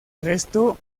resto